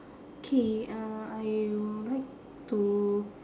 okay uh I will like to